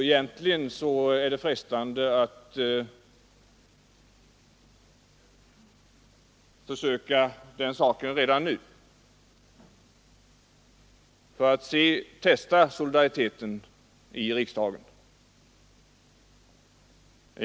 Egentligen är det frestande att försöka åstadkomma ett sådant beslut redan nu.